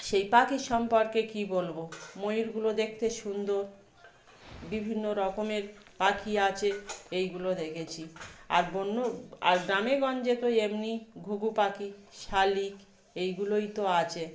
সেই পাখির সম্পর্কে কী বলবো ময়ূরগুলো দেখতে সুন্দর বিভিন্ন রকমের পাখি আছে এইগুলো দেখেছি আর বন্য আর গ্রামে গঞ্জে তো এমনি ঘু ঘু পাখি শালিক এইগুলোই তো আছে